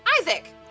Isaac